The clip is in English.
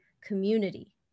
community